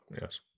Yes